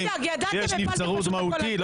יש נבצרות מהותית.